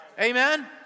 Amen